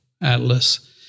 atlas